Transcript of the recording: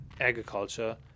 agriculture